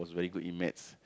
very good in maths